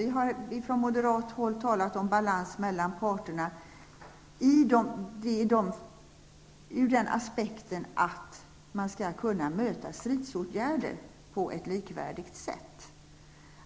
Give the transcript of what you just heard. Vi har från moderat håll talat om balans mellan parterna ur den aspekten att man skall kunna bemöta stridsåtgärder på ett likvärdigt sätt.